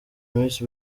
miss